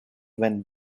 when